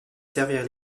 servir